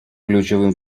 ключевым